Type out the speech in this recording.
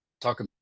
talk